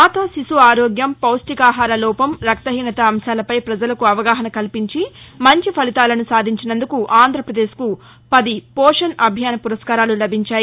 మాతా శిశు ఆరోగ్యం పౌష్ణికాహారలోపం రక్తహీనత అంశాలపై పజలకు అవగాహన కల్పించి మంచి ఫలితాలను సాధించినందుకు ఆంధ్రపదేశ్కు పది పోషణ్ అభియాన్ పురస్కారాలు లభించాయి